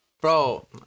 Bro